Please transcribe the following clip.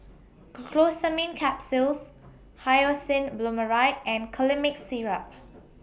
Glucosamine Capsules Hyoscine Butylbromide and Colimix Syrup